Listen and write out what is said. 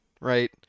Right